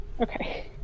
Okay